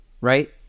right